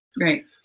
Right